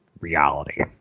reality